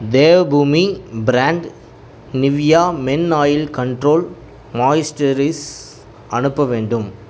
Devbhoomi brand Nivea men oil control moisturise அனுப்ப வேண்டும்